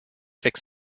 fix